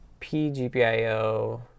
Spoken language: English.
pgpio